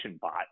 bot